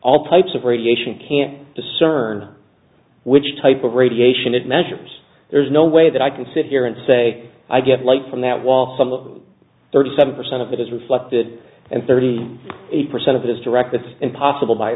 all types of radiation can't discern which type of radiation it measures there's no way that i can sit here and say i get light from that wall some of the thirty seven percent of it is reflected and thirty eight percent of it is direct that's impossible